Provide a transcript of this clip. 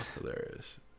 hilarious